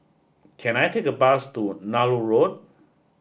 can I take a bus to Nallur Road